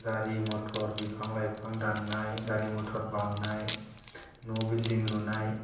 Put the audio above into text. गारि मटर बिफां लाइफां दाननाय गारि मटर बांनाय न' बिल्डिं लुनाय